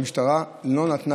המשטרה לא נתנה,